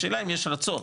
השאלה אם יש רצון,